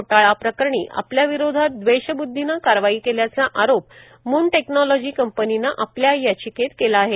घोटाळ्याप्रकरणी आपल्याविरोधात दवेषब्दधीने कारवाई केल्याचा आरोप मून टेक्नॉलॉजी कंपनीने आपल्या याचिकेत केला आहे